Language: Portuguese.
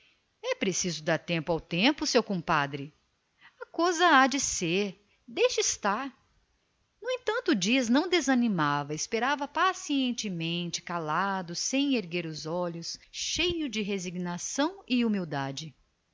é preciso dar tempo ao tempo seu compadre a coisa há de ser deixe correr o barco no entanto o dias não se alterara esperava calado pacificamente sem erguer os olhos cheio sempre de humildade